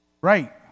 Right